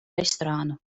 restorānu